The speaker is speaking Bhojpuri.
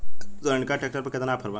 सोनालीका ट्रैक्टर पर केतना ऑफर बा?